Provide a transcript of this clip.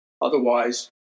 Otherwise